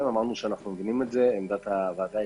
האם יש לתת עכשיו